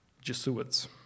Jesuits